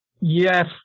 Yes